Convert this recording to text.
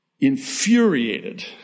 infuriated